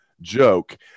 joke